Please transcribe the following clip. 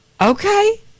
Okay